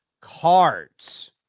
cards